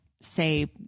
say